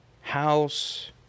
house